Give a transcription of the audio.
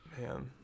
Man